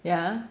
yeah